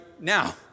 now